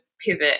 pivot